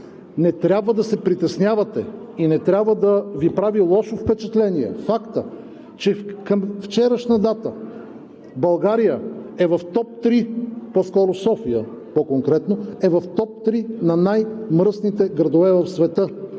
не трябва да се притеснявате и не трябва да Ви прави лошо впечатление фактът, че към вчерашна дата България, по-конкретно София, е в топ три на най-мръсните градове в света.